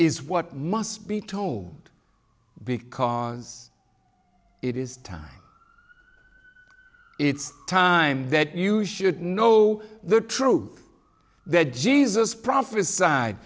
is what must be told because it is time it's time that you should know the truth that jesus prophesied